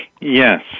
Yes